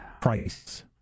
price